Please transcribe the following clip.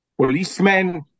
policemen